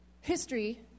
history